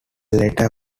letter